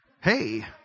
Hey